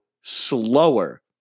slower